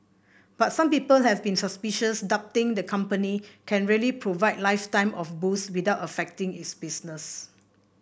but some people have been suspicious doubting the company can really provide lifetime of booze without affecting its business